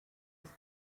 ist